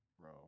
Bro